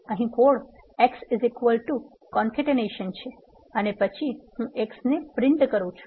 અહીં code X concatenation છે અને પછી હું X છાપું છું